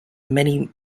many